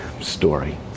story